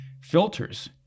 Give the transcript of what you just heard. filters